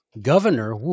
governor